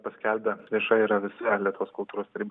paskelbę vieša yra visa lietuvos kultūros tarybos